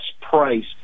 price